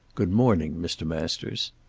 good morning, mr. masters.